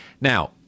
Now